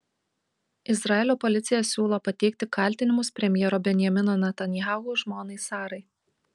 izraelio policija siūlo pateikti kaltinimus premjero benjamino netanyahu žmonai sarai